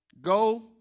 go